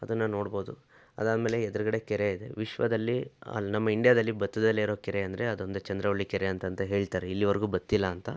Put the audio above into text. ಅದನ್ನು ನೋಡಬೌದು ಅದಾದಮೇಲೆ ಎದ್ರುಗಡೆ ಕೆರೆ ಇದೆ ವಿಶ್ವದಲ್ಲಿ ಅಲ್ಲಿ ನಮ್ಮ ಇಂಡಿಯಾದಲ್ಲಿ ಬತ್ತದಲೇ ಇರೋ ಕೆರೆ ಅಂದರೆ ಅದೊಂದೆ ಚಂದ್ರವಳ್ಳಿ ಕೆರೆ ಅಂತಂತೆ ಹೇಳ್ತಾರೆ ಇಲ್ಲಿವರೆಗೂ ಬತ್ತಿಲ್ಲ ಅಂತೆ